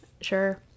sure